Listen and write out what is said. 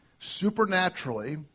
Supernaturally